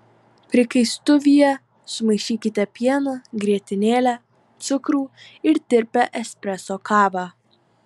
prikaistuvyje sumaišykite pieną grietinėlę cukrų ir tirpią espreso kavą